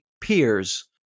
peers